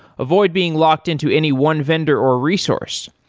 avoid being locked-in to any one vendor or resource.